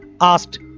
asked